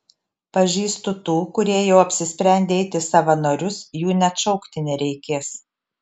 pažįstu tų kurie jau apsisprendę eiti į savanorius jų net šaukti nereikės